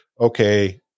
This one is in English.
okay